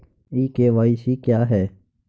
ई KYC क्या है?